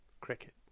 Cricket